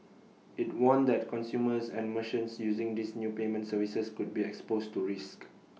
IT warned that consumers and merchants using these new payment services could be exposed to risks